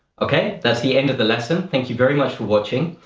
okay. that's the end of the lesson. thank you very much for watching.